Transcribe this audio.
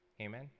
Amen